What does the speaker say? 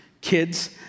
kids